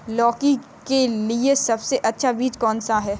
लौकी के लिए सबसे अच्छा बीज कौन सा है?